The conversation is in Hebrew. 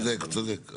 אתה צודק.